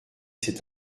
cet